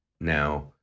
now